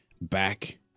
back